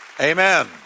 Amen